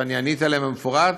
ועניתי להם בפירוט,